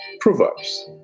Proverbs